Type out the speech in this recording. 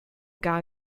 gar